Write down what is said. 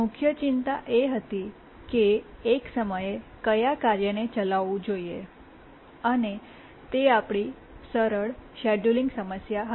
મુખ્ય ચિંતા એ હતી કે એક સમયે કયા કાર્યને ચલાવવું જોઈએ અને તે આપણી સરળ શેડયુલિંગ સમસ્યા હતી